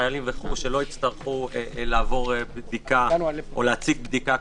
חיילים וכו' שלא יצטרכו לעבור בדיקה או להציג בדיקה,